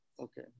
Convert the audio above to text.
Okay